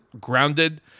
grounded